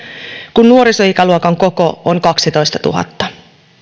kun nuorisoikäluokan koko on kaksitoistatuhatta